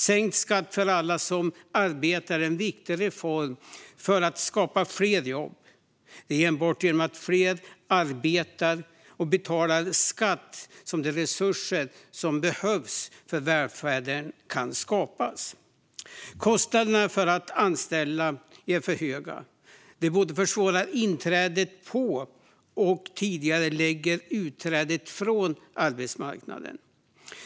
Sänkt skatt för alla som arbetar är en viktig reform för att skapa fler jobb. Det är enbart genom att fler arbetar och betalar skatt som de resurser som behövs för välfärden kan skapas. Kostnaderna för att anställa är för höga. Det försvårar inträdet på och tidigarelägger utträdet ur arbetsmarknaden.